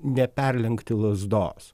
neperlenkti lazdos